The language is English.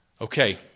Okay